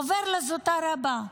עובר לזוטר הבא,